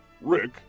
Rick